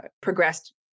progressed